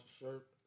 shirt